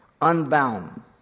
unbound